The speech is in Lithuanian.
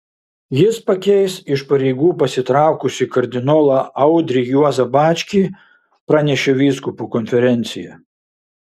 jis pakeis iš pareigų pasitraukusį kardinolą audrį juozą bačkį pranešė vyskupų konferencija